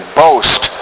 boast